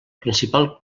principal